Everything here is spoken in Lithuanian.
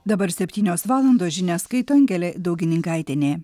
dabar septynios valandos žinias skaito angelė daugininkaitienė